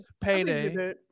payday